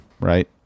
right